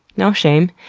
no shame.